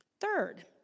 Third